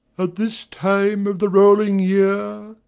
at this time of the rolling year,